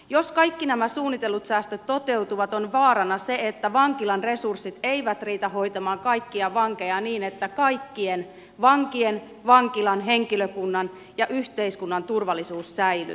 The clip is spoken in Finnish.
jos kaikki nämä suunnitellut säästöt toteutuvat on vaarana se että vankilan resurssit eivät riitä hoitamaan kaikkia vankeja niin että kaikkien vankien vankilan henkilökunnan ja yhteiskunnan turvallisuus säilyy